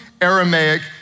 Aramaic